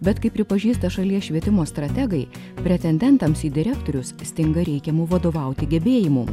bet kaip pripažįsta šalies švietimo strategai pretendentams į direktorius stinga reikiamų vadovauti gebėjimų